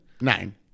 Nine